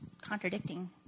contradicting